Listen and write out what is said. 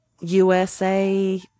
USA